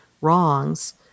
wrongs